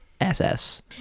ss